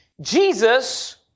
Jesus